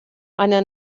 einer